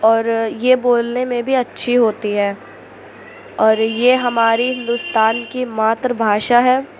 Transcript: اور یہ بولنے میں بھی اچھی ہوتی ہے اور یہ ہماری ہندوستان کی ماتر بھاشا ہے